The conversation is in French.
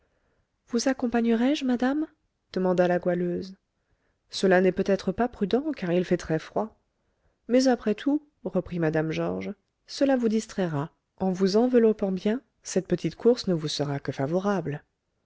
vous accompagnerai je madame demanda la goualeuse cela n'est peut-être pas prudent car il fait très froid mais après tout reprit mme georges cela vous distraira en vous enveloppant bien cette petite course ne vous sera que favorable